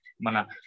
Mana